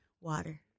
Water